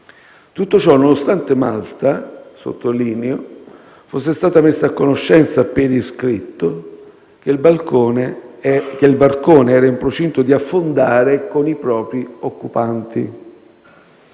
Tutto ciò nonostante Malta - sottolineo - fosse stata messa a conoscenza, per iscritto, che il barcone era in procinto di affondare con i propri occupanti.